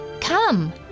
come